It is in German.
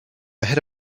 hätte